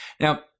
Now